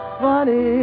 funny